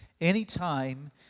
Anytime